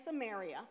Samaria